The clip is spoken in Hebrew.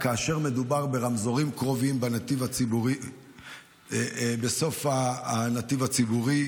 כאשר מדובר ברמזורים קרובים בסוף הנתיב הציבורי,